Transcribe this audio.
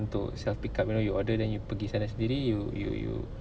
untuk self pick up you know you order then you pergi sana sendiri you you you